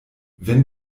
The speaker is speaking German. wenn